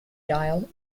dial